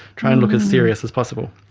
try and look as serious as possible.